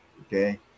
Okay